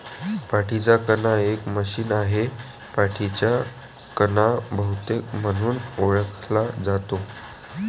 पाठीचा कणा एक मशीन आहे, पाठीचा कणा बहुतेक म्हणून ओळखला जातो